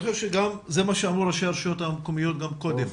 אני חושב שגם מה שאמרו ראשי הרשויות המקומיות גם קודם.